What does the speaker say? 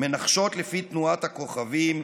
מנחשות / לפי תנועת הכוכבים,